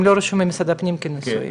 הם לא רשומים במשרד הפנים כנשואים.